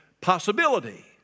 possibility